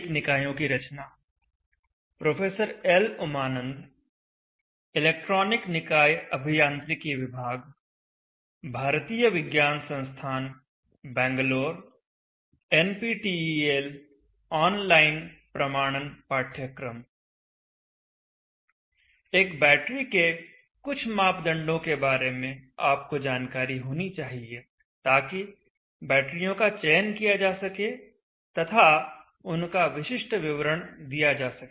एक बैटरी के कुछ मापदंडों के बारे में आपको जानकारी होनी चाहिए ताकि बैटरियों का चयन किया जा सके तथा उनका विशिष्ट विवरण दिया जा सके